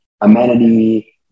amenity